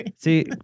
See